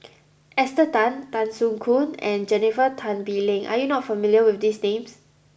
Esther Tan Tan Soo Khoon and Jennifer Tan Bee Leng are you not familiar with these names